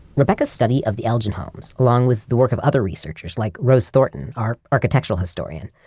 rebecca's study of the elgin homes, along with the work of other researchers like rose thorton, our architectural historian,